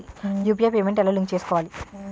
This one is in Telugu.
యు.పి.ఐ పేమెంట్ ఎలా లింక్ చేసుకోవాలి?